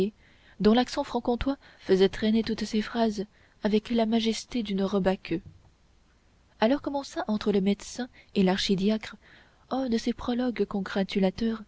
dont l'accent franc comtois faisait traîner toutes ses phrases avec la majesté d'une robe à queue alors commença entre le médecin et l'archidiacre un de ces prologues congratulateurs